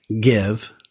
give